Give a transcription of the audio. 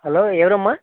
hello ఎవరమ్మా